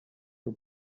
her